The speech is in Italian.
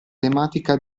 tematica